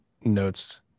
notes